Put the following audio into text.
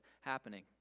happening